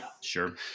Sure